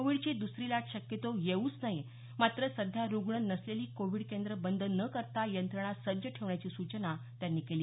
कोविडची दसरी लाट शक्यतो येवूच नये मात्र सध्या रुग्ण नसलेली कोविड केंद्र बंद न करता यंत्रणा सज्ज ठेवण्याची सूचना त्यांनी केली